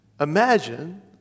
Imagine